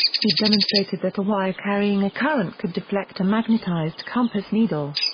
he demonstrated that a wire carrying a current could deflect a magnetized compass needle.